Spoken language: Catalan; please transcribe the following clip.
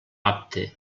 apte